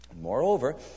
Moreover